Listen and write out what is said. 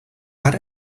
but